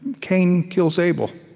cain kills abel.